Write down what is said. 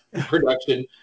production